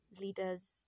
leaders